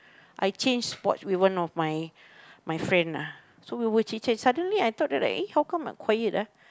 I change spot with one of my my friend ah so we were change and then suddenly I thought like eh how come like quiet ah